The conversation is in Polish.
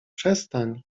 przestań